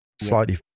Slightly